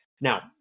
Now